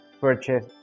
purchase